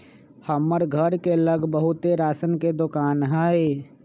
हमर घर के लग बहुते राशन के दोकान हई